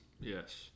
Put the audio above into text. Yes